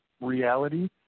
reality